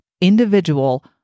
individual